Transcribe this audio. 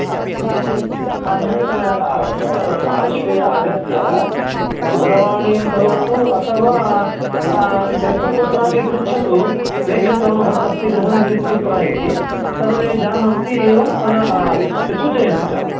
अ अ नै नैव तत्र पार्श्वे आगत्य दूरवाणीं करोतु अथवा यत्र कुत्रापि पृच्छतु वेङ्कट्रमणभट्टस्य गृहं कुत्र इति सर्वे जानन्ति एवं वद सूचयन्ति च